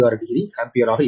860 ampere ஆக இருக்கும்